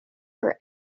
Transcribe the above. for